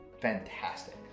fantastic